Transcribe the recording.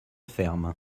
ferme